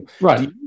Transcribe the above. right